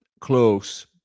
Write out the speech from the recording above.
close